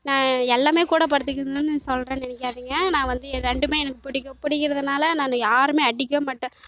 நான் எல்லாமே கூட படுத்துக்குதுணுன்னு சொல்கிறேன் நினைக்காதீங்க நான் வந்து ரெண்டுமே எனக்கு பிடிக்கும் பிடிக்குறதுனால நான் யாருமே அடிக்கவே மாட்டேன்